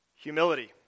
humility